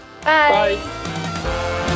bye